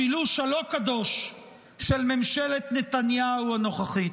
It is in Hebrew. השילוש הלא-קדוש של ממשלת נתניהו הנוכחית.